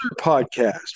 podcast